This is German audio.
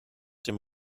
dem